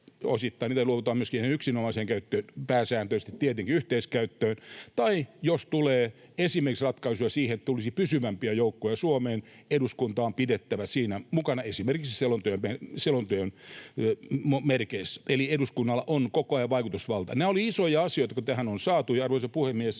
niitä luovutetaan myöskin ihan yksinomaiseen käyttöön, pääsääntöisesti tietenkin yhteiskäyttöön — tai jos tulee esimerkiksi ratkaisuja siihen, että tulisi pysyvämpiä joukkoja Suomeen, niin eduskunta on pidettävä siinä mukana esimerkiksi selonteon merkeissä. Eli eduskunnalla on koko ajan vaikutusvalta. Nämä olivat isoja asioita, jotka tähän on saatu. Arvoisa puhemies!